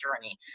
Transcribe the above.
journey